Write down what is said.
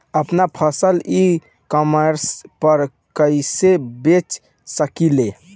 आपन फसल e commerce पर कईसे बेच सकिले?